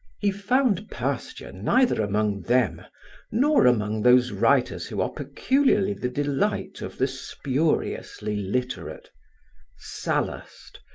he found pasture neither among them nor among those writers who are peculiarly the delight of the spuriously literate sallust,